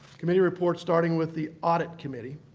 committee reports starting with the audit committee.